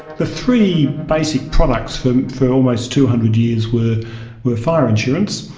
the three basic products for for almost two hundred years were were fire insurance,